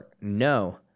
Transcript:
No